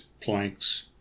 planks